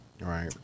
Right